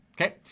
okay